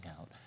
out